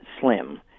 slim